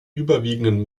überwiegenden